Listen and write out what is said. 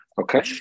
okay